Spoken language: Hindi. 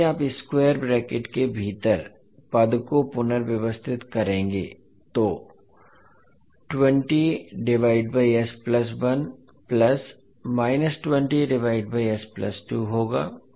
अब यदि आप स्क्वायर ब्रैकेट के भीतर पद को पुनर्व्यवस्थित करेंगे तो होगा